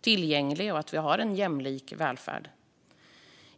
tillgänglig, jämlik och av god kvalitet.